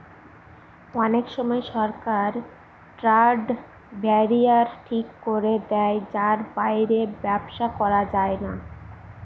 অনেক সময় সরকার ট্রেড ব্যারিয়ার ঠিক করে দেয় যার বাইরে ব্যবসা করা যায় না